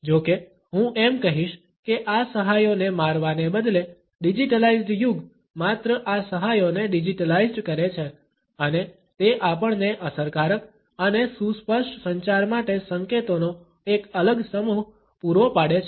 જો કે હું એમ કહીશ કે આ સહાયોને મારવાને બદલે ડિજિટલાઇઝ્ડ યુગ માત્ર આ સહાયોને ડિજિટલાઇઝ્ડ કરે છે અને તે આપણને અસરકારક અને સુસ્પષ્ટ સંચાર માટે સંકેતોનો એક અલગ સમૂહ પૂરો પાડે છે